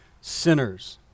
sinners